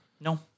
No